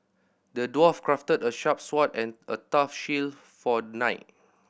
the dwarf crafted a sharp sword and a tough shield for the knight